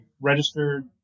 registered